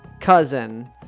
Cousin